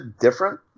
different